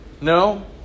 No